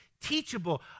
teachable